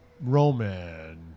Roman